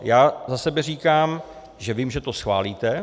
Já za sebe říkám, že vím, že to schválíte.